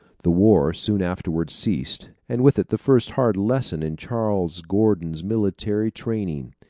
the war soon afterwards ceased, and with it the first hard lesson in charles gordon's military training.